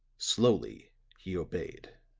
slowly he obeyed